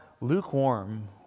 lukewarm